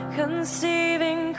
conceiving